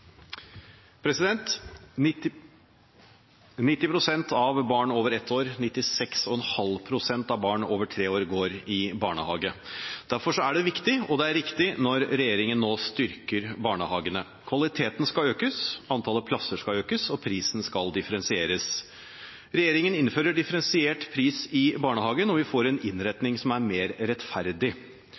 90 pst. av barn over ett år og 96,5 pst. av barn over tre år går i barnehage. Derfor er det viktig og det er riktig når regjeringen nå styrker barnehagene. Kvaliteten skal økes, antallet plasser skal økes, og prisen skal differensieres. Regjeringen innfører differensiert pris i barnehagen, og vi får en innretning som er mer rettferdig.